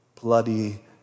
bloody